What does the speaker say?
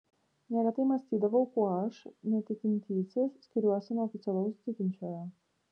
neretai mąstydavau kuo aš netikintysis skiriuosi nuo oficialaus tikinčiojo